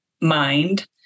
mind